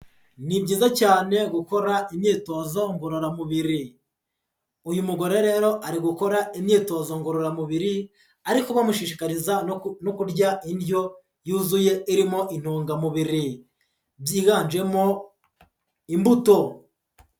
Ni byiza cyane gukora imyitozo ngororamubiri. Uyu mugore rero ari gukora imyitozo ngororamubiri, ariko bamushishikariza no kurya indyo yuzuye irimo intungamubiri, byiganjemo imbuto.